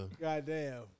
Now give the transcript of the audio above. Goddamn